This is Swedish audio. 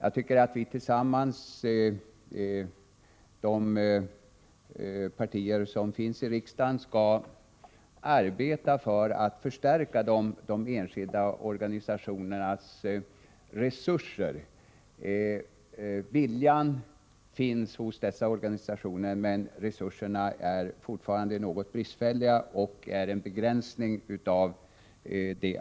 Vi skall tillsammans, i de partier som finns i riksdagen, arbeta för att förstärka de enskilda organisationernas resurser. Viljan finns hos dessa organisationer, men deras resurser är fortfarande något bristfälliga och medför en begränsning av arbetet.